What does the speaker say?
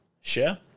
share